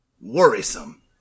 worrisome